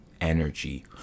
energy